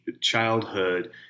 childhood